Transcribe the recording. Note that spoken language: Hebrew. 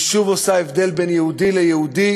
היא שוב עושה הבדל בין יהודי ליהודי,